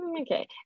okay